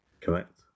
correct